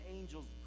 Angels